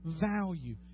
value